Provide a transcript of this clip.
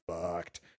fucked